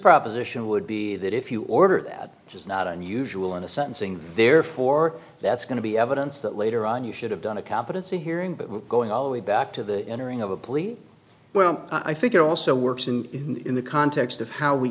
proposition would be that if you order that just not unusual on a sentencing therefore that's going to be evidence that later on you should have done a competency hearing but we're going all the way back to the entering of a plea well i think it also works and in the context of how we